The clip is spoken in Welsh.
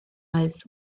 oedd